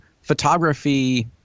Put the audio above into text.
photography